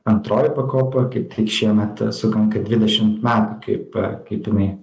antroji pakopa kaip tik šiemet sukanka dvidešimt metų kaip kaip jinai